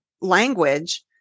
language